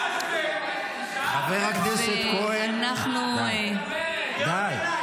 ------ חבר הכנסת כהן, די, די.